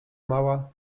mała